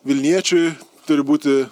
vilniečiui turi būti